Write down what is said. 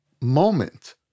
moment